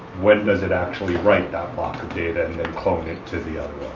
when does it actually write that marketed and then clone it to the other